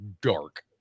dark